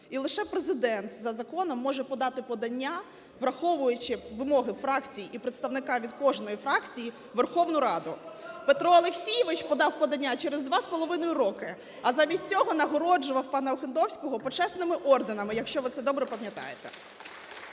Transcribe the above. І лише Президент за законом може подати подання, враховуючи вимоги фракцій і представника від кожної фракції у Верховну Раду. Петро Олексійович подав подання через 2,5 роки. А замість цього нагороджував пана Охендовського почесними орденами, якщо ви це добре пам'ятаєте.